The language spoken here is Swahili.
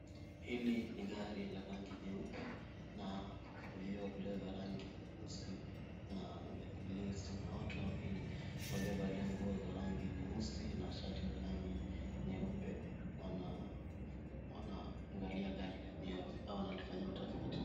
Hili ni gari la rangi nyeupe na vio vilivyo vya rangi nyeusi na kuna watu wawili waliovalia nguo za rangi nyeusi na shati ya rangi nyeupe, wanaangalia gari lenyewe ama wanafanyia utafiti.